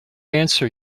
answer